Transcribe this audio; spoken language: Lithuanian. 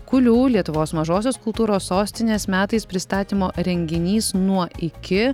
kulių lietuvos mažosios kultūros sostinės metais pristatymo renginys nuo iki